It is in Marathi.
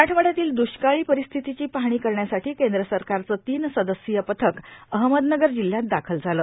मराठवाड्यातील द्ष्काळी परिस्थितीची पाहणी करण्यासाठी केंद्र सरकारचं तीन सदस्यीय पथक अहमदनगर जिल्ह्यात दाखल झालं